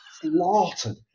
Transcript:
slaughtered